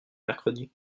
mercredi